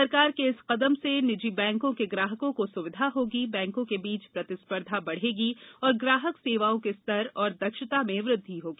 सरकार के इस कदम से निजी बैंकों के ग्राहकों को सुविधा होगी बैंकों के बीच प्रतिस्पर्धा बढ़ेगी और ग्राहक सेवाओं के स्तर तथा दक्षता में वृद्धि होगी